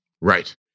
Right